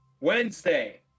Wednesday